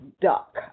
duck